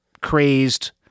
crazed